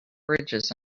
bridges